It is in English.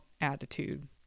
attitude